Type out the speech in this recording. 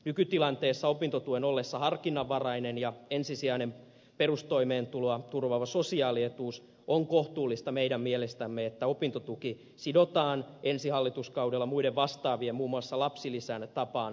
nykytilanteessa opintotuen ollessa harkinnanvarainen ja ensisijainen perustoimeentuloa turvaava sosiaalietuus on kohtuullista meidän mielestämme että opintotuki sidotaan ensi hallituskaudella muiden vastaavien muun muassa lapsilisän tapaan elinkustannusindeksiin